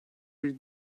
read